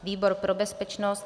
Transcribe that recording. Výbor pro bezpečnost: